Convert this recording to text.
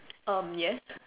um yes